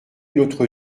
notre